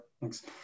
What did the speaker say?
Thanks